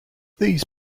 these